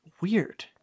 Weird